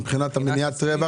מבחינת מניעת רווח.